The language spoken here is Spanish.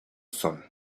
son